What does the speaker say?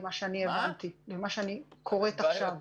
מה שאני קוראת עכשיו.